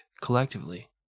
collectively